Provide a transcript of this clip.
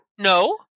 no